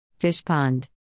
Fishpond